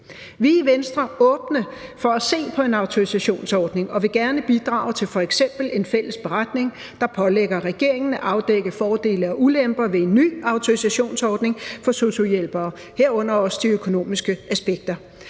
Vi er i Venstre åbne for at se på en autorisationsordning og vil gerne bidrage til f.eks. en fælles beretning, der pålægger regeringen at afdække fordele og ulemper ved en ny autorisationsordning for sosu-hjælpere, herunder de økonomiske aspekter.